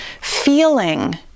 feeling